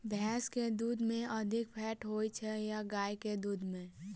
भैंस केँ दुध मे अधिक फैट होइ छैय या गाय केँ दुध में?